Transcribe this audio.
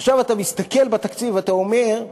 ועכשיו אתה מסתכל בתקציב, ואתה אומר: